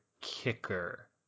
kicker